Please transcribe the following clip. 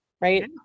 right